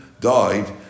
died